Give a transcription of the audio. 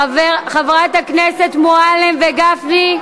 חברי הכנסת מועלם וגפני,